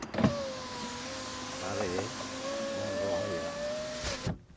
ᱫᱟᱨᱮ ᱵᱚᱱ ᱨᱚᱦᱚᱭᱟ